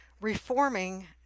reforming